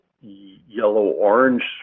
yellow-orange